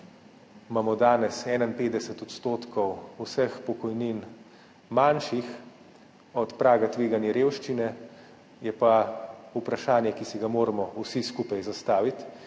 imamo danes 51 % vseh pokojnin manjših od praga tveganja revščine, je pa vprašanje, ki si ga moramo vsi skupaj zastaviti